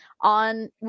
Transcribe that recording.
on